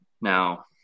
Now